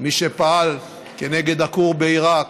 מי שפעל כנגד הכור בעיראק,